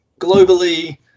globally